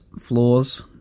floors